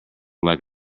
like